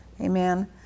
Amen